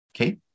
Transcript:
Okay